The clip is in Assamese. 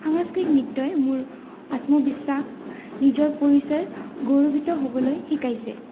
সাংস্কৃতিক নৃত্যই মোৰ আত্মবিশ্বাস নিজৰ পৰিচয় গৌৰৱীত হ'বলৈ শিকাইছে